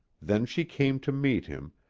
then she came to meet him,